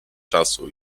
czasu